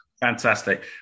Fantastic